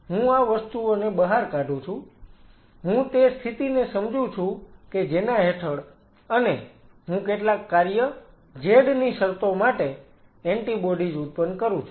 હું આ વસ્તુઓને બહાર કાઢું છું હું તે સ્થિતિને સમજું છું કે જેના હેઠળ અને હું કેટલાક કાર્ય z ની શરતો માટે એન્ટિબોડીઝ ઉત્પન્ન કરું છું